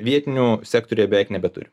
vietinių sektoriuje beveik nebeturim